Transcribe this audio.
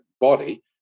body